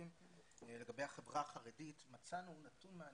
לגבי החברה החרדית מצאנו נתון מעניין.